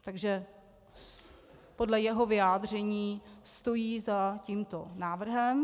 Takže podle jeho vyjádření stojí za tímto návrhem.